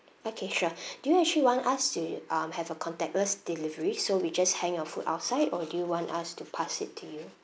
okay sure do you actually want us to um have a contactless delivery so we just hang your food outside or do you want us to pass it to you